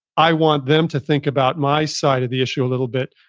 i want them to think about my side of the issue a little bit,